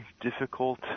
difficult